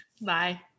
bye